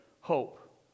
hope